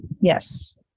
Yes